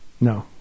No